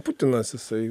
putinas jisai